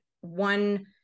one